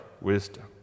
Wisdom